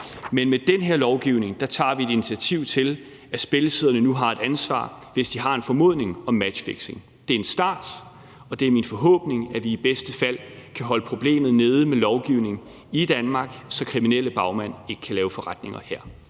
men med den her lovgivning tager vi initiativ til, at spillesiderne nu har et ansvar, hvis de har en formodning om matchfixing. Det er en start, og det er min forhåbning, at vi i bedste fald kan holde problemet nede med lovgivning i Danmark, så kriminelle bagmænd ikke kan lave forretninger her.